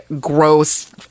gross